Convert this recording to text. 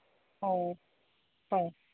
অ হয়